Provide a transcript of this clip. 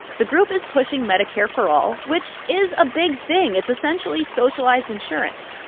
the group is pushing medicare for all, which is a big thing. it's essentially socialized insurance.